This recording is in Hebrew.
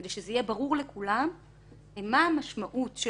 כדי שזה יהיה ברור לכולם מה המשמעות של